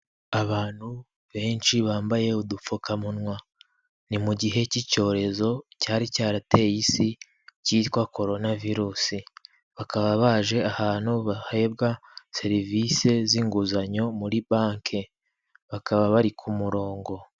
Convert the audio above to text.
Abantu benshi bambaye udupfukamunwa, ni mu gihe cy'icyorezo cyari cyarateye isi cyitwa corona virusi, bakaba baje ahantu bahabwa serivisi z'inguzanyo muri banki, bakaba bari ku murongo.